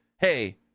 hey